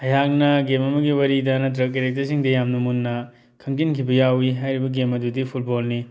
ꯑꯩꯍꯥꯛꯅ ꯒꯦꯝ ꯑꯃꯒꯤ ꯋꯥꯔꯤꯗ ꯅꯠꯇ꯭ꯔꯒ ꯀꯦꯔꯦꯛꯇꯔꯁꯤꯡꯗ ꯌꯥꯝ ꯃꯨꯟꯅ ꯈꯟꯖꯤꯟꯈꯤꯕ ꯌꯥꯎꯋꯤ ꯍꯥꯏꯔꯤꯕ ꯒꯦꯝ ꯑꯗꯨꯗꯤ ꯐꯨꯠꯕꯣꯜꯅꯤ